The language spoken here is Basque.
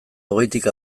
hogeitik